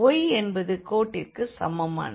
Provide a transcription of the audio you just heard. y என்பது ஒரு கோட்டிற்கு சமமானது